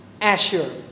Asher